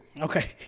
Okay